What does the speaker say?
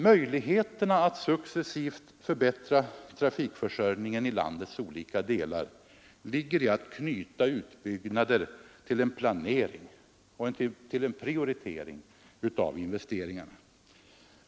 Möjligheterna att successivt förbättra trafikförsörjningen i landets olika delar ligger i att knyta utbyggnader till en planering och till en prioritering av investeringarna.